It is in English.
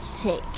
take